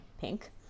pink